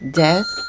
death